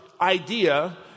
idea